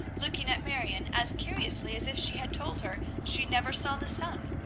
looking at marion as curiously as if she had told her she never saw the sun.